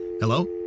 Hello